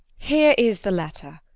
here is the letter.